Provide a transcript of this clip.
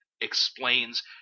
explains